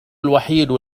الوحيد